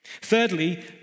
Thirdly